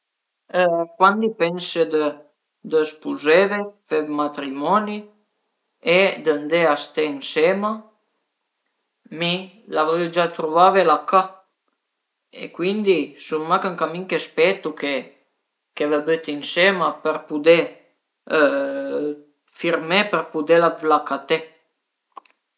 Alura ël post chë l'ai vizità dë recent apunto al e Cesenatico ën Romagna ëndua ch'a ie tante aree balneari, cuindi tante spiage sia libere che a pagament e nui auti l'eru li ën ün ostello e l'avìu nosta spiagia privà